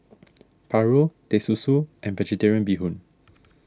Paru Teh Susu and Vegetarian Bee Hoon